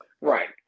Right